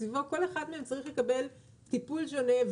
וכל אחד מהם צריך לקבל טיפול שונה.